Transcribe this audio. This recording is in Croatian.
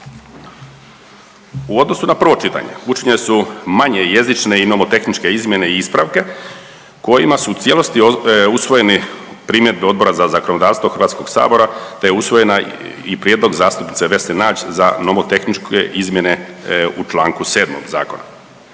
U odnosu na prvo čitanje učinjene su manje jezične i nomotehničke izmjene i ispravke kojima su u cijelosti usvojeni primjedbe Odbora za zakonodavstvo Hrvatskog sabora, te je usvojen i prijedlog zastupnice Vesne Nađ za nomotehničke izmjene u članku 7. Zakona.